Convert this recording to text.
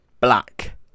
Black